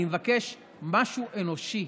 אני מבקש משהו אנושי,